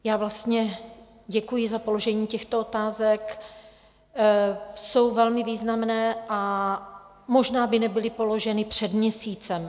Já vlastně děkuji za položení těchto otázek, jsou velmi významné a možná by nebyly položeny před měsícem.